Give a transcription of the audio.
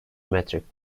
metric